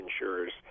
insurers